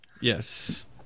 Yes